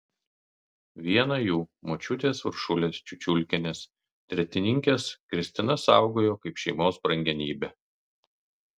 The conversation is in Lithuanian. vieną jų močiutės uršulės čiučiulkienės tretininkės kristina saugojo kaip šeimos brangenybę